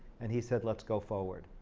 and he said, let's go forward.